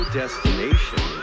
destination